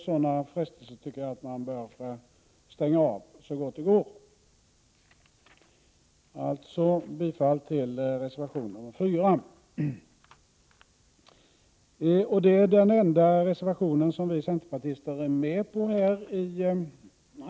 Sådana frestelser tycker jag att man bör bekämpa så gott det går. Jag yrkar alltså bifall till reservation nr 4. Det är den enda reservation som vi centerpartister är med på.